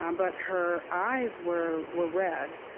um but her eyes were were red.